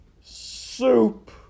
Soup